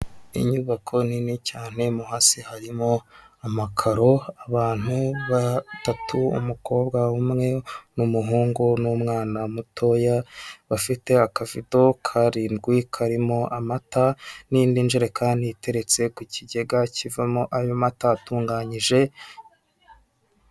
Inyubako nini cyane mu hasi harimo amakaro, abantu batatu umukobwa umwe n'umuhungu n'umwana mutoya bafite akabido karindwi karimo amata n'indi njerekani iteretse ku kigega kivamo ayo mata atunganyije.